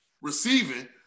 receiving